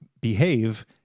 behave